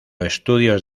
estudios